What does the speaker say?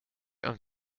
een